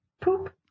poop